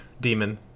demon